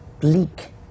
bleak